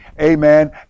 amen